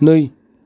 नै